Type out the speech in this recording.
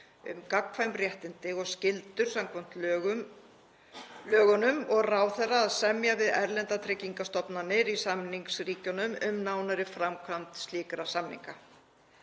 um gagnkvæm réttindi og skyldur samkvæmt lögunum og ráðherra að semja við erlendar tryggingastofnanir í samningsríkjum um nánari framkvæmd slíkra samninga.